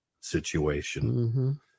situation